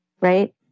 right